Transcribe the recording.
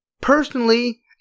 personally